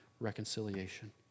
reconciliation